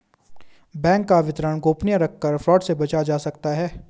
bank का विवरण गोपनीय रखकर फ्रॉड से बचा जा सकता है